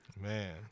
Man